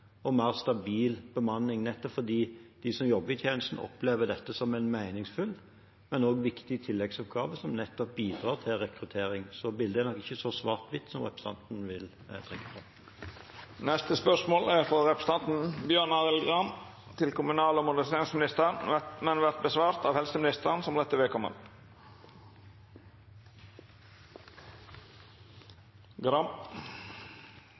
og mer stabil bemanning nettopp fordi de som jobber i tjenesten, opplever dette som en meningsfull, men også viktig tilleggsoppgave som bidrar til rekruttering. Så bildet er nok ikke så svart-hvitt som representanten gir uttrykk for. Dette spørsmålet, frå representanten Bjørn Arild Gram til kommunal- og moderniseringsministeren, vil verta svara på av helseministeren som